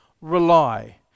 rely